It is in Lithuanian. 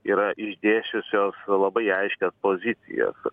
yra išdėsčiusios labai aiškias pozicijas